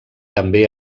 també